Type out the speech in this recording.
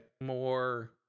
more